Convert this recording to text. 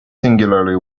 singularly